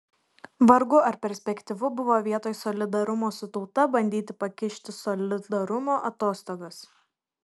vargu ar perspektyvu buvo vietoj solidarumo su tauta bandyti pakišti solidarumo atostogas